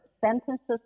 sentences